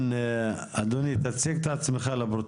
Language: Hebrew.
כן, בבקשה, אדוני.